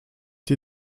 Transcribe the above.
die